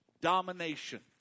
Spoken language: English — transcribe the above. domination